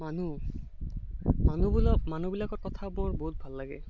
মানুহ মানুহবিলা মানুহবিলাকৰ কথাও বৰ বহুত ভাল লাগে